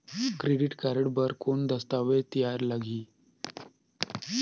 Credit card बर कौन दस्तावेज तैयार लगही?